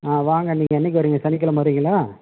ஆ வாங்க நீங்கள் என்றைக்கு வர்றீங்க சனிக்கிழம வர்றீங்களா